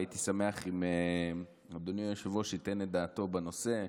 הייתי שמח אם אדוני היושב-ראש ייתן את דעתו בנושא,